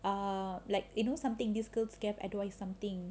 err like you know something this girl scared otherwise something